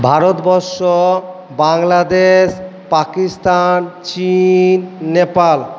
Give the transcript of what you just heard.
Bharatvarsha Bangladesh Pakistan Chin Nepal